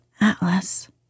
Atlas